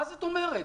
מה זאת אומרת?